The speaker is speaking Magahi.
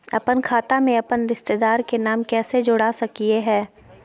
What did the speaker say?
अपन खाता में अपन रिश्तेदार के नाम कैसे जोड़ा सकिए हई?